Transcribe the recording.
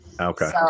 Okay